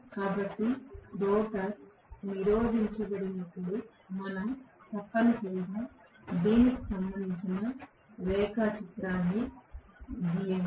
కాబట్టి రోటర్ నిరోధించబడినప్పుడు మనం తప్పనిసరిగా దీనికి సంబంధించిన రేఖాచిత్రాన్ని గీయండి